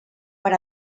per